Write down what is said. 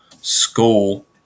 school